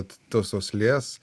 tos uoslės